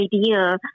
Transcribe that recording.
idea